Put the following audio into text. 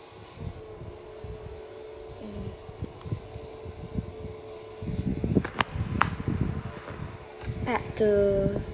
part two